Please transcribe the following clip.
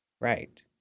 right